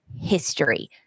history